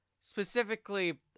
Specifically